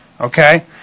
Okay